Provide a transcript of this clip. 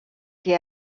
que